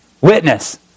witness